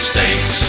States